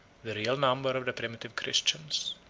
the real numbers of the primitive christians.